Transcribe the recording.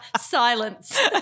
silence